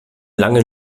langen